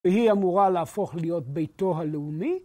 והיא אמורה להפוך להיות ביתו הלאומי.